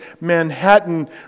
Manhattan